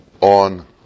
on